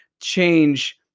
change